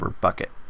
bucket